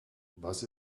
was